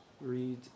read